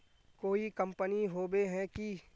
कोई कंपनी होबे है की?